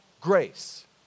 grace